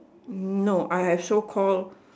no I have so call